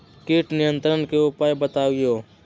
किट नियंत्रण के उपाय बतइयो?